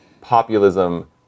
populism